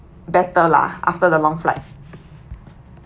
better lah after the long flight